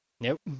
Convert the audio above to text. Nope